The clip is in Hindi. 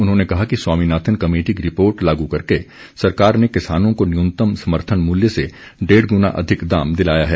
उन्होंने कहा कि स्वामीनाथन कमेटी की रिपोर्ट लागू करके सरकार ने किसानों को न्यूनतम समर्थन मूल्य से डेढ़ गुना अधिक दाम दिलाया है